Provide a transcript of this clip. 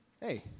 Hey